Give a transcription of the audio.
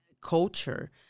culture